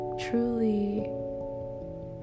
truly